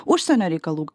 užsienio reikalų